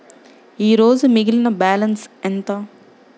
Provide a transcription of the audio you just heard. ఈరోజు మిగిలిన బ్యాలెన్స్ ఎంత?